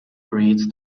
breeds